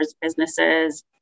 businesses